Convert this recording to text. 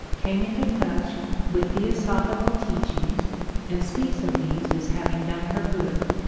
came into touch with theosoph ical teachings and speaks of these as hav ing done her good.